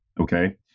okay